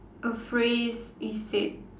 a phrase is said